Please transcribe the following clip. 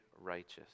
righteous